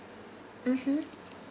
mmhmm